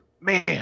man